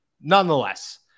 Nonetheless